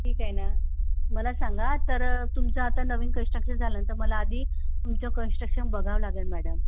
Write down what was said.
ठीक आहे ना मला सांगा तर तुमचं आता नवीन कंस्टक्शन झालं तर मला आधी तुमचं कंस्ट्रक्शन बघावं लागेल मॅडम